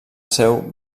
seu